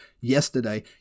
yesterday